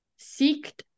seeked